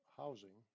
housing